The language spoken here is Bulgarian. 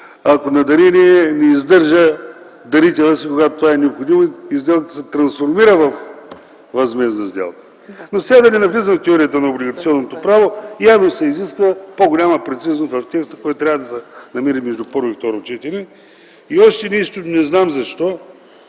ако дареният не издържа дарителя си, когато това е необходимо, и сделката се трансформира във възмездна сделка. Но сега да не навлизам в теорията на облигационното право, явно се изисква по-голяма прецизност в текста, който трябва да се направи между първо и второ четене. И още нещо, не знам защо,